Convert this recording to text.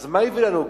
אז מה הביאו לנו?